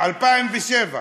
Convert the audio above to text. ב-2007.